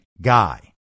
guy